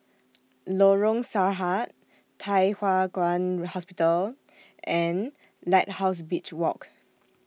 Lorong Sarhad Thye Hua Kwan Hospital and Lighthouse Beach Walk